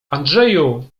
andrzeju